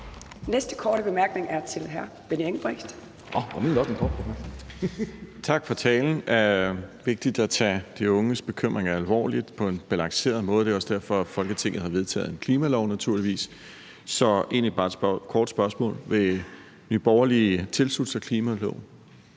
Næste korte bemærkning er til hr. Benny Engelbrecht. Kl. 17:07 Benny Engelbrecht (S): Tak for talen. Det er vigtigt at tage de unges bekymringer alvorligt på en balanceret måde. Det er også derfor, at Folketinget har vedtaget en klimalov, naturligvis. Så egentlig har jeg bare et kort spørgsmål: Vil Nye Borgerlige tilslutte sig klimaloven?